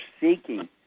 seeking